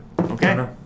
Okay